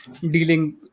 dealing